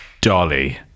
Dolly